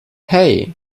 hey